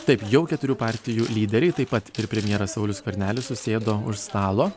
taip jau keturių partijų lyderiai taip pat ir premjeras saulius skvernelis susėdo už stalo